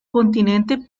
continente